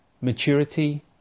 maturity